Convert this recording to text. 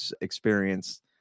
experience